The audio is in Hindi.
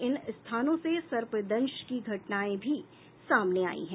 इन स्थानों से सर्पदंश की घटनाएं भी सामने आयी हैं